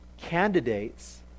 candidates